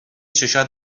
چشات